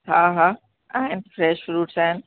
हा हा आहिनि फ़्रेश फ़्रूट्स आहिनि